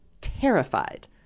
Terrified